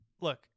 look